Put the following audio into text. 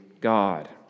God